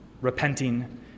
repenting